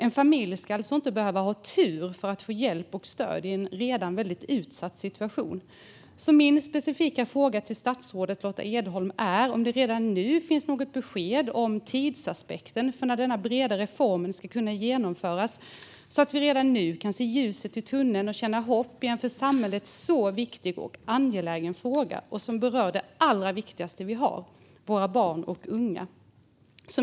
En familj ska inte behöva ha tur för att få hjälp och stöd i en redan utsatt situation. Min specifika fråga till statsrådet Lotta Edholm är om det redan nu finns något besked om tidsaspekten gällande när denna breda reform ska kunna genomföras, så att vi redan nu kan se ljuset i tunneln och känna hopp i en för samhället så viktig och angelägen fråga. Den berör det allra viktigaste vi har: våra barn och unga.